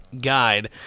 Guide